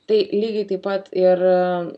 tai lygiai taip pat ir